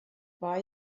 war